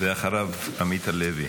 עמית הלוי.